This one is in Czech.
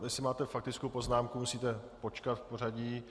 Jestli máte faktickou poznámku musíte počkat v pořadí.